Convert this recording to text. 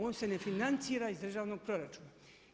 On se ne financira iz državnog proračuna.